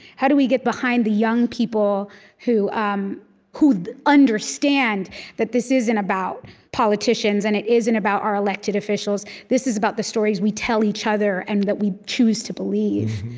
how do we get behind the young people who um who understand that this isn't about politicians, and it isn't about our elected officials. this is about the stories we tell each other and that we choose to believe